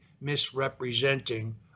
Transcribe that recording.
misrepresenting